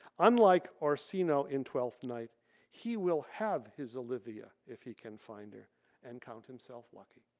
unlike orsino in twelfth night he will have his olivia if he can find her and count himself lucky.